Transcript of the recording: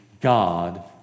God